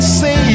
say